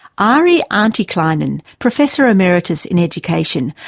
ari antikainen, professor emeritus in education,